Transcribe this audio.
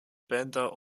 bänder